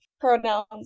pronouns